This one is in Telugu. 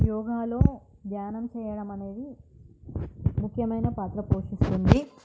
యోగాలో ధ్యానం చేయడం అనేది ముఖ్యమైన పాత్ర పోషిస్తుంది